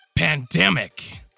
Pandemic